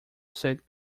said